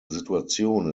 situation